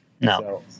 no